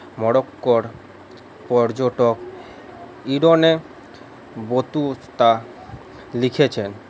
মরক্কোর পর্যটক Ibn Battuta লিখেছেন